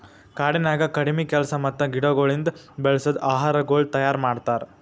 ಕಾಡನ್ಯಾಗ ಕಡಿಮಿ ಕೆಲಸ ಮತ್ತ ಗಿಡಗೊಳಿಂದ್ ಬೆಳಸದ್ ಆಹಾರಗೊಳ್ ತೈಯಾರ್ ಮಾಡ್ತಾರ್